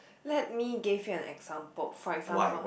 let me give him an example for example